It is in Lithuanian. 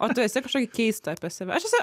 o tu esi kažkokį keistą apie save aš esu